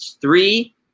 three